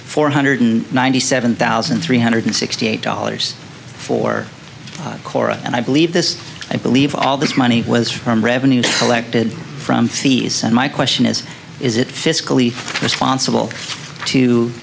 four hundred ninety seven thousand three hundred sixty eight dollars for cora and i believe this i believe all this money was from revenue collected from fees and my question is is it fiscally responsible